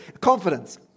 Confidence